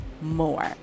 more